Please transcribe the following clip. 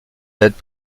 date